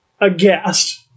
aghast